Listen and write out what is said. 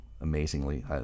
amazingly